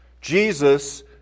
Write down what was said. Jesus